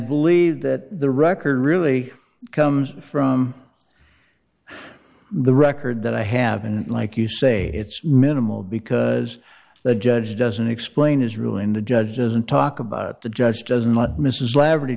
believe that the record really comes from the record that i have and like you say it's minimal because the judge doesn't explain his ruling the judge doesn't talk about the judge doesn't let mrs la